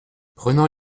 prenant